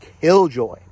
killjoy